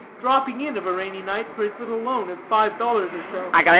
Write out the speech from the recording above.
dropping in of a rainy night for his little loan of five dollars or so?